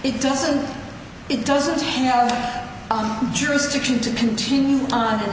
it doesn't it doesn't tell us jurisdiction to continue on and